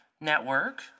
Network